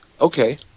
Okay